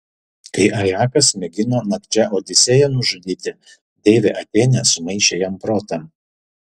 kai ajakas mėgino nakčia odisėją nužudyti deivė atėnė sumaišė jam protą